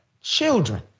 children